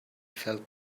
felt